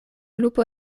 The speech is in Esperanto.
lupo